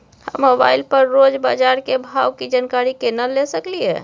हम मोबाइल पर रोज बाजार के भाव की जानकारी केना ले सकलियै?